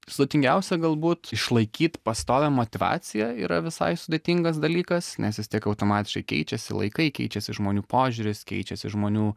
sudėtingiausia galbūt išlaikyt pastovią motyvaciją yra visai sudėtingas dalykas nes vis tiek automatiškai keičiasi laikai keičiasi žmonių požiūris keičiasi žmonių